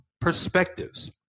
perspectives